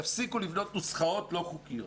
תפסיקו לבנות נוסחאות לא חוקיות.